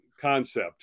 concept